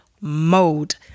mode